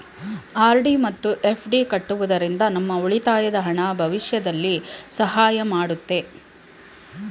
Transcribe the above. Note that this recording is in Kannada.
ಆರ್.ಡಿ ಮತ್ತು ಎಫ್.ಡಿ ಕಟ್ಟುವುದರಿಂದ ನಮ್ಮ ಉಳಿತಾಯದ ಹಣ ಭವಿಷ್ಯದಲ್ಲಿ ಸಹಾಯ ಮಾಡುತ್ತೆ